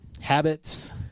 Habits